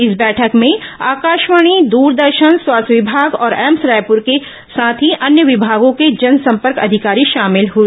इस बैठक में आकाशवाणी द्रदर्शन स्वास्थ्य विभाग और एम्स रायपुर के साथ ही अन्य विभागों के जनसंपर्क अधिकारी शामिल हुए